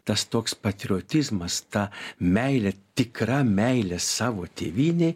tas toks patriotizmas ta meilė tikra meilė savo tėvynei